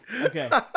okay